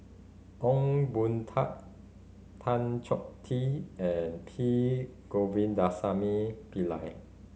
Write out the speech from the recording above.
Ong Boon Tat Tan Choh Tee and P Govindasamy Pillai